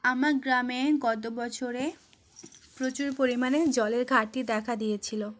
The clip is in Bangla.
আমার গ্রামে গত বছরে প্রচুর পরিমাণে জলের ঘাটতি দেখা দিয়েছিলো